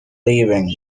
leaving